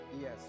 Yes